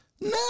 No